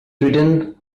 written